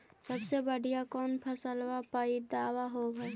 सबसे बढ़िया कौन फसलबा पइदबा होब हो?